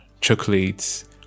chocolates